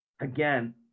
again